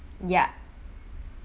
ya